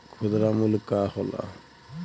खुदरा मूल्य का होला?